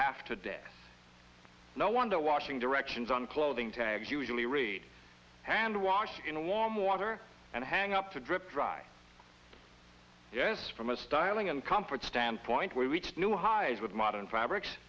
half to death no wonder washing directions on clothing tags usually read hand wash in warm water and hang up to drip dry yes from a styling and comfort standpoint we reached new highs with modern fabrics